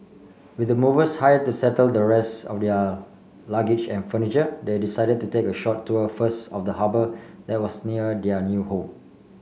with the movers hire to settle the rest of their luggage and furniture they decided to take a short tour first of the harbour that was near their new home